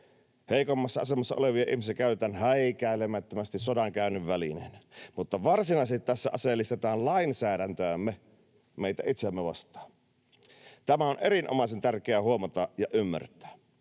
Heikommassa asemassa olevia ihmisiä käytetään häikäilemättömästi sodankäynnin välineenä. Mutta varsinaisesti tässä aseellistetaan lainsäädäntömme meitä itseämme vastaan. Tämä on erinomaisen tärkeää huomata ja ymmärtää.